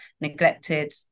neglected